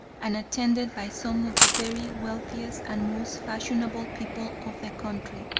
and attended by some of the very wealthiest and most fashionable people of the country.